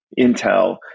Intel